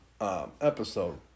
episode